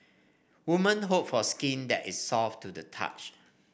women hope for skin that is soft to the touch